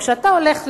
כשאתה הולך לבנק,